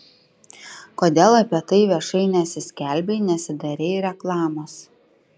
kodėl apie tai viešai nesiskelbei nesidarei reklamos